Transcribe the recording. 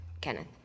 kenneth